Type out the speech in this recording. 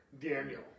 Daniel